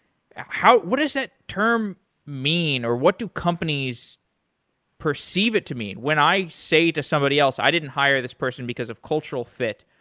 what is that term mean or what do companies perceive it to mean? when i say to somebody else, i didn't hire this person because of cultural fit.